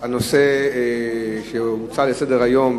הנושא שהוצע לסדר-היום,